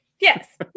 Yes